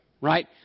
right